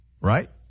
right